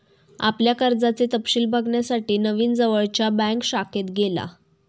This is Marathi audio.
आपल्या कर्जाचे तपशिल बघण्यासाठी नवीन जवळच्या बँक शाखेत गेला